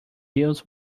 deals